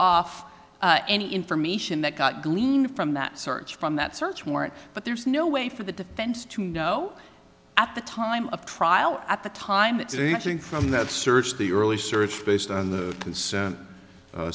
off any information that got glean from that search from that search warrant but there's no way for the defense to know at the time of trial at the time it's anything from that search the early search based on the consent